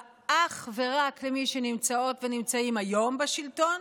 אך ורק למי שנמצאות ונמצאים היום בשלטון,